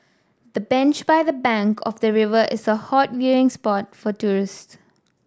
the bench by the bank of the river is a hot viewing spot for tourist